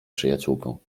przyjaciółką